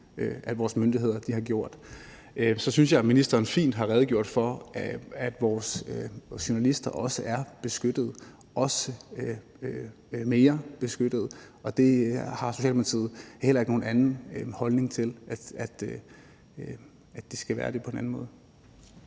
at vores myndigheder har gjort. Så synes jeg, at ministeren fint har redegjort for, at vores journalister også er beskyttede – og også mere beskyttede – og det har Socialdemokratiet heller ikke nogen holdning til skal være på en anden måde.